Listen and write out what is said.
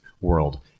world